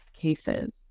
cases